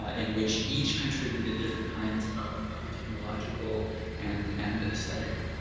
in which each contributed different kinds of technological and and aesthetic